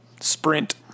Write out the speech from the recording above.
Sprint